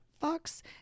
Fox